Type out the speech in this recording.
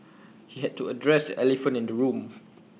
he had to address the elephant in the room